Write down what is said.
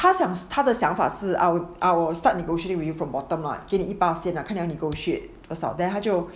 他想他的想法是 I will I will start negotiating with you from bottom ah 给你一般先看你要 negotiate 多少 then 他就